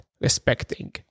respecting